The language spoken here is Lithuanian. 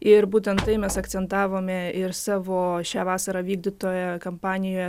ir būtent tai mes akcentavome ir savo šią vasarą vykdytoje kampanijoje